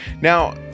Now